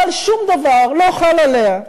אבל שום דבר לא חל עליה.